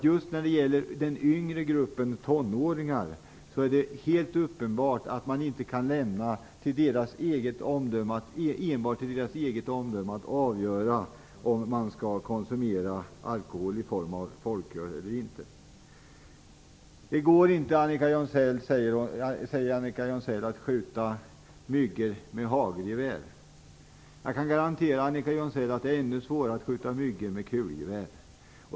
Just när det gäller yngre tonåringar är det helt uppenbart att man inte kan lämna enbart till deras eget omdöme att avgöra om de skall konsumera alkohol i form av folköl eller inte. Det går inte, säger Annika Jonsell, att skjuta myggor med hagelgevär. Jag kan garantera Annika Jonsell att det är ännu svårare att skjuta myggor med kulgevär.